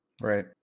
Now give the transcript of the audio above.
Right